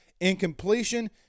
Incompletion